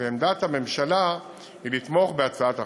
ועמדת הממשלה היא לתמוך בהצעת החוק.